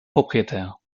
propriétaire